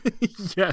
Yes